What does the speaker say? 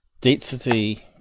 density